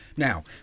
Now